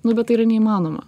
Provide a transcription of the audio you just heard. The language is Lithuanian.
nu bet tai yra neįmanoma